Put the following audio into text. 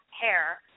hair